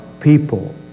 people